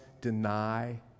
deny